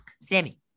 Sammy